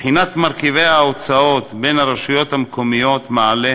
בחינת מרכיבי ההוצאות ברשויות המקומיות מעלה